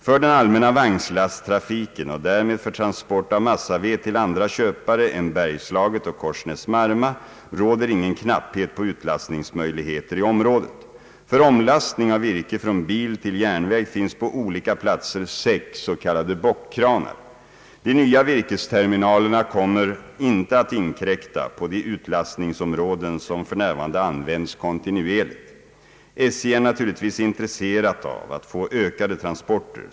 För den allmänna vagnslasttrafiken och därmed för transport av massaved till andra köpare än Bergslaget och Korsnäs-Marma råder ingen knapphet på utlastningsmöjligheter i området. För omlastning av virke från bil till järnväg finns på olika platser sex s.k. bockkranar. De nya virkesterminalerna kommer inte att inkräkta på de utlastningsområden som f.n. används kontinuerligt. SJ är naturligtvis intresserat av att få ökade transporter.